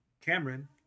Cameron